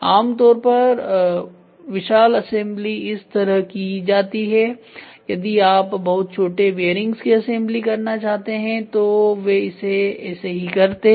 आम तौर पर विशाल असेंबली इस तरह की जाती है यदि आप बहुत छोटे बियरिंग्स की असेंबली करना चाहते हैं तो वे इसे ऐसे ही करते हैं